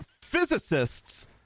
physicists